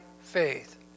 faith